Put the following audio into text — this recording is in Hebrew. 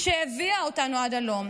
שהביאה אותנו עד הלום,